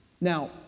Now